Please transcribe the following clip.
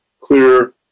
clear